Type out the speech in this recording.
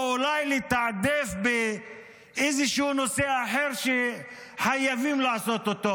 או אולי לתעדף איזשהו נושא אחר שחייבים לעשות אותו.